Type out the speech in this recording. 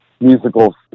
musical